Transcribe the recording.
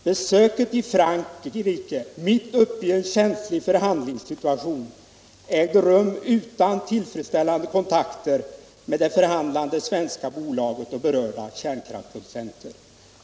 Besöket i Frankrike — mitt uppe i en känslig förhandlingssituation — ägde rum utan tillfredsställande kontakter med det förhandlande svenska bolaget och berörda kärnkraftsproducenter.